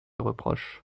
reproche